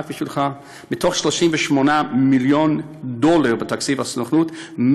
רק בשבילך: מ-380 מיליון דולר בתקציב הסוכנות,